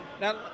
now